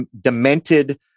demented